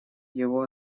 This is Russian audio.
его